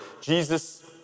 Jesus